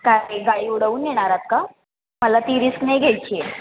का गाई उडवून येणार आहात का मला ती रिस्क नाही घ्यायची आहे